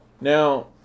Now